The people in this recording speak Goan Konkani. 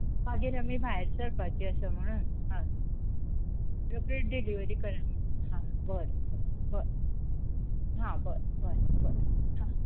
मागीर आमी भायर सरपाची आसा म्हणून हय रोकडीच डिलीवरी करा हां बरें बरें हां बरें बरें हां